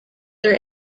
their